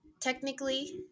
technically